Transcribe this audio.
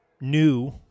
new